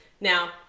Now